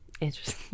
Interesting